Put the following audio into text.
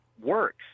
works